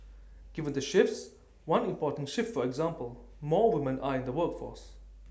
given the shifts one important shift for example more women are in the workforce